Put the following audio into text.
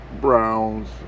browns